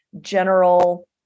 general